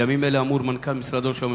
בימים אלה אמור מנכ"ל משרד ראש הממשלה,